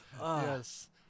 Yes